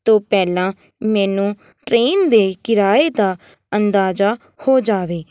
ਤੋਂ ਪਹਿਲਾਂ ਮੈਨੂੰ ਟਰੇਨ ਦੇ ਕਿਰਾਏ ਦਾ ਅੰਦਾਜ਼ਾ ਹੋ ਜਾਵੇ